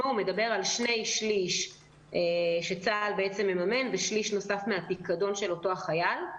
שני-שלישים שצה"ל מממן ושליש נוסף מהפיקדון של אותו חייל.